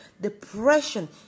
depression